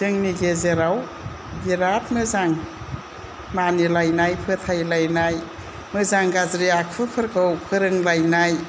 जोंनि गेजेराव बेराद मोजां मानिलायनाय फोथाइ लायनाय मोजां गाज्रि आखुफोरखौ फोरोंलायनाय